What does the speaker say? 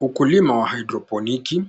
Ukulima wa haidroponiki,